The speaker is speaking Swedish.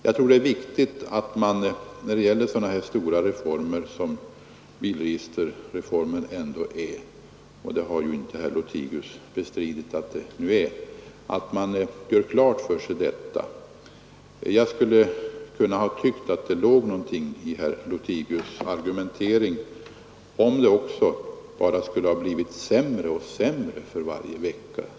Jag tror det är viktigt att man gör det klart för sig när det gäller en så stor reform som bilregisterreformen ändå är — herr Lothigius har ju inte heller bestridit att den är en stor reform. Jag kunde ha tyckt att det låg något i herr Lothigius” argumentering om förhållandena hade blivit sämre och sämre för varje vecka.